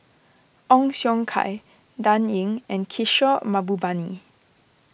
Ong Siong Kai Dan Ying and Kishore Mahbubani